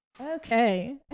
Okay